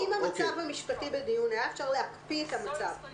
במצב המשפטי בדיון היה אפשר להקפיא את המצב כפי